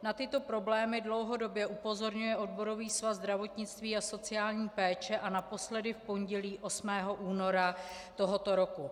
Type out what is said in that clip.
Na tyto problémy dlouhodobě upozorňuje odborový svaz zdravotnictví a sociální péče, naposledy v pondělí 8. února tohoto roku.